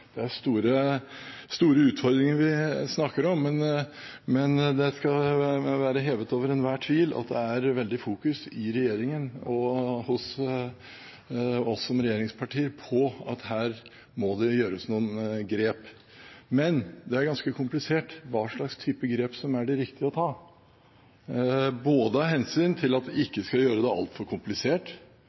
er store utfordringer vi snakker om. Men det skal være hevet over enhver tvil at det er et veldig sterkt fokus i regjeringen og hos oss regjeringspartier på at her må det gjøres noen grep. Men hva slags type grep som er de riktige å ta, er ganske komplisert. Med hensyn til at vi ikke skal gjøre det altfor komplisert,